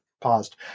paused